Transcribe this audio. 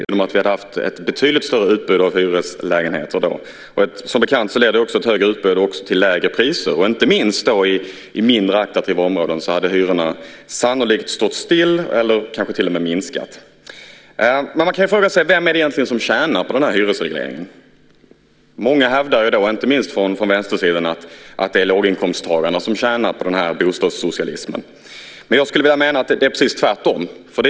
Herr talman! Hade hyresmarknaden varit en normal marknad hade byggföretagen inte velat någonting hellre än att just bygga. Jag är rätt övertygad om att vi hade haft ett betydligt större utbud av hyreslägenheter då. Som bekant leder också ett större utbud till lägre priser. Inte minst i mindre attraktiva områden hade hyrorna sannolikt stått still eller kanske till och med minskat. Man kan fråga sig: Vem är det egentligen som tjänar på hyresregleringen? Många hävdar i dag, inte minst från vänstersidan, att det är låginkomsttagarna som tjänar på bostadssocialismen. Jag menar att det är precis tvärtom.